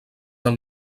del